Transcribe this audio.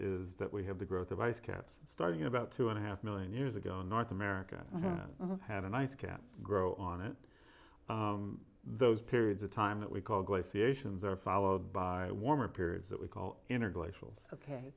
is that we have the growth of ice caps starting about two and a half million years ago in north america had an ice cap grow on it those periods of time that we call glaciations are followed by warmer periods that we call interglacials ok